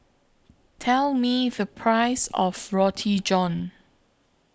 Tell Me The Price of Roti John